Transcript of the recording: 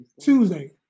Tuesday